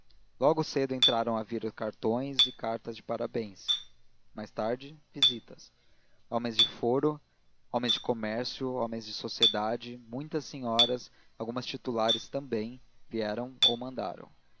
logo cedo entraram a vir cartões e cartas de parabéns mais tarde visitas homens do foro homens do comércio homens de sociedade muitas senhoras algumas titulares também vieram ou mandaram